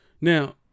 Now